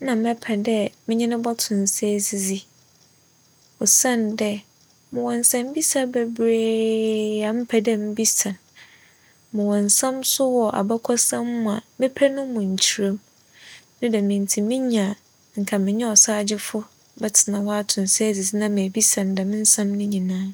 nna mepɛ dɛ menye no bͻto nsa edzidzi. Osiandɛ mowͻ nsɛmbisa beberee a mepɛ dɛ mebisa no. Mowͻ nsɛm so wͻ abakͻsɛm mu a mepɛ no mu nkyerɛmu. Ne dɛm ntsi minya nkyɛ menye ͻsagyefo bɛtsena hͻ ato nsa edzidzi na mebisa no dɛm nsɛm no nyinaa.